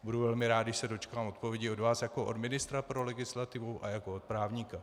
Budu velmi rád, když se dočkám odpovědi od vás jako od ministra pro legislativu a jako od právníka.